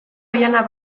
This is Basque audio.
oihana